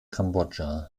kambodscha